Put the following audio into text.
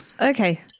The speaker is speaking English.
Okay